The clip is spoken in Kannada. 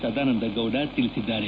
ಸದಾನಂದಗೌಡ ತಿಳಿಸಿದ್ದಾರೆ